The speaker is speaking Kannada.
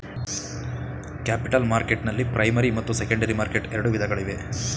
ಕ್ಯಾಪಿಟಲ್ ಮಾರ್ಕೆಟ್ನಲ್ಲಿ ಪ್ರೈಮರಿ ಮತ್ತು ಸೆಕೆಂಡರಿ ಮಾರ್ಕೆಟ್ ಎರಡು ವಿಧಗಳಿವೆ